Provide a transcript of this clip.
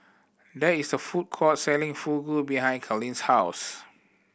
there is a food court selling Fugu behind Carlyn's house